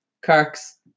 Kirks